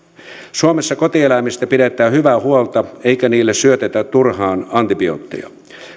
suomessa kotieläimistä pidetään hyvää huolta eikä niille syötetä turhaan antibiootteja